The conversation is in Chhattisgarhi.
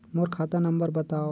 मोर खाता नम्बर बताव?